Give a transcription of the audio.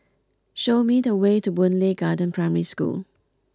show me the way to Boon Lay Garden Primary School